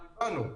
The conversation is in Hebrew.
זה לא תלוי בנו.